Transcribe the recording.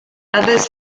others